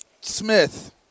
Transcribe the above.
Smith